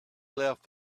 left